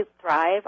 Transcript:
thrive